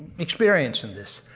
experience in this.